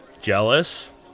Jealous